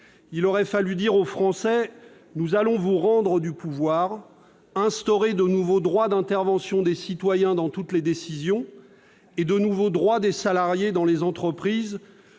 Il aurait fallu dire aux Français :« Nous allons vous rendre du pouvoir, instaurer de nouveaux droits d'intervention des citoyens dans toutes les décisions et de nouveaux droits des salariés dans les entreprises,